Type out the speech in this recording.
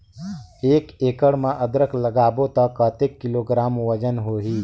एक एकड़ मे अदरक लगाबो त कतेक किलोग्राम वजन होही?